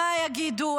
מה יגידו,